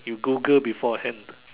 you Google before hand